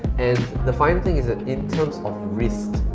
and the final thing is that in terms of risks.